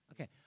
Okay